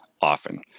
often